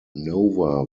nova